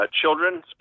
children